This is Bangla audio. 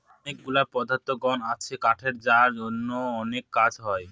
অনেকগুলা পদার্থগুন আছে কাঠের যার জন্য অনেক কাজ হয়